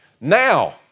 Now